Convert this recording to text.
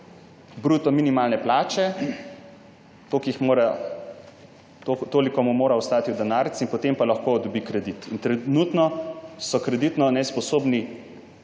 bruto minimalne plače, toliko mu mora ostati v denarnici, potem pa lahko dobi kredit. Trenutno je kreditno nesposobna